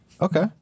Okay